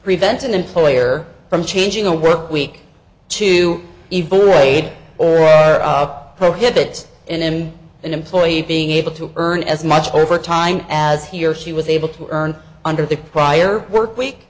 prevent an employer from changing a work week to even raid or up prohibits him an employee being able to earn as much overtime as he or she was able to earn under the prior work week